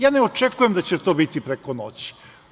Ne očekujem da će to biti preko noći.